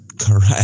Correct